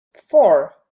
four